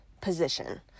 position